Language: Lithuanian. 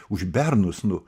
už bernus nu